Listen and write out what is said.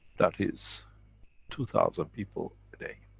that is two thousand people a day.